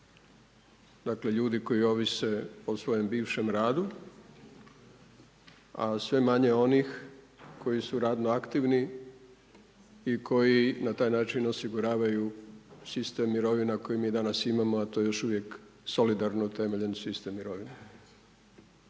dakle, ljudi koji ovise o svojem bivšem radu, a sve manje onih koji su radno aktivni i koji na taj način osiguravaju sistem mirovina koji mi danas imamo, a to je još uvijek solidarno temeljen sistem mirovina.